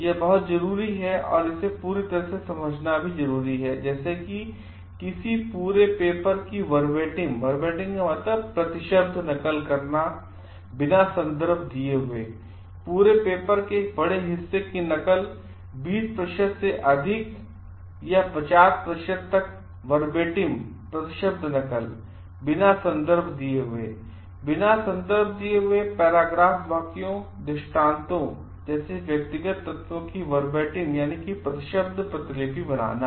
यह बहुत जरूरी है और इसे पूरी तरह से समझना भी जरूरी है जैसे किसी पूरे पेपर की वर्बेटिम प्रतिलिपि बनाना